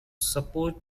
support